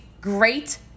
great